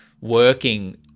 working